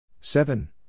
seven